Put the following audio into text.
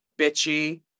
bitchy